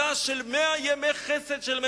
כמו שאנחנו ראינו וכמה שענה יפה השר לנדאו.